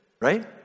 Right